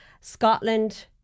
Scotland